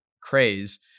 craze